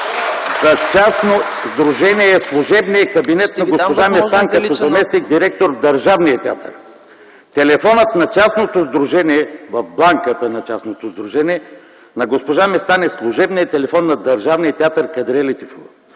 с частно сдружение е в служебния кабинет на госпожа Местан като заместник-директор в държавния театър. Телефонът на частното сдружение в бланката на частното сдружение на госпожа Местан е служебният телефон на Държавния театър „Кадрие Лятифова”.